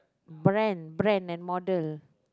brand brand and model